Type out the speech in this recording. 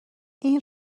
این